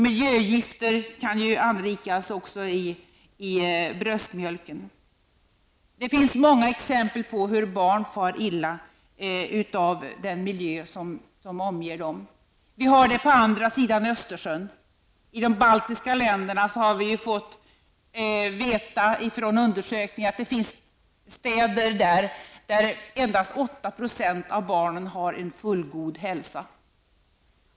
Miljögifter kan anrikas i bröstmjölken. Det finns många exempel på hur barn far illa av den miljö som omger dem. På andra sidan Östersjön, i de baltiska länderna, finns det, enligt vad vi har fått veta genom undersökningar, städer där endast 8 % av barnen har fullgod hälsa.